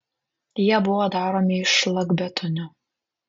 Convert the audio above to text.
jie buvo daromi iš šlakbetonio